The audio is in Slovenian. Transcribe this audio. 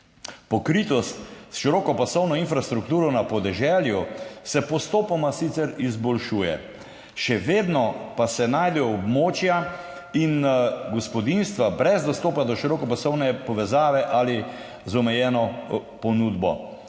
Pokritost s širokopasovno infrastrukturo na podeželju se postopoma sicer izboljšuje, še vedno pa se najdejo območja in gospodinjstva brez dostopa do širokopasovne povezave ali z omejeno ponudbo.